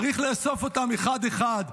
צריך לאסוף אותם אחד-אחד.